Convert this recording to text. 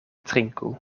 trinku